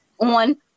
on